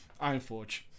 Ironforge